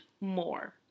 more